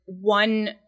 one